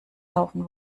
laufen